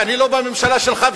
ואני לא בממשלה שלך,